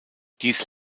dies